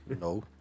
No